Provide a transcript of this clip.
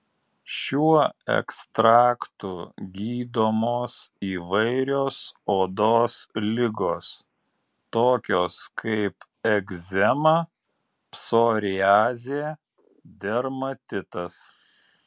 šiuo ekstraktu gydomos įvairios odos ligos tokios kaip egzema psoriazė dermatitas